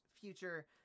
future